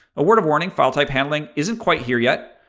a word of warning, file type handling isn't quite here yet.